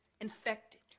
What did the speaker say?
infected